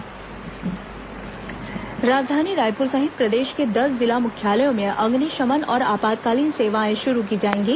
अग्निशमन सेवाएं राजधानी रायपुर सहित प्रदेश के दस जिला मुख्यालयों में अग्निशमन और आपातकालीन सेवाएं शुरू की जाएंगी